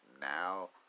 now